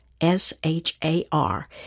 S-H-A-R